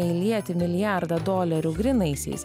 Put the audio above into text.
įlieti milijardą dolerių grynaisiais